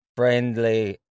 friendly